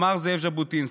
אמר זאב ז'בוטינסקי,